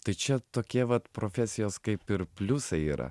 tai čia tokie vat profesijos kaip ir pliusai yra